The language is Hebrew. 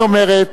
היא אומרת,